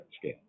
scale